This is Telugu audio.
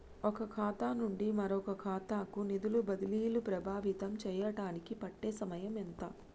ఒక ఖాతా నుండి మరొక ఖాతా కు నిధులు బదిలీలు ప్రభావితం చేయటానికి పట్టే సమయం ఎంత?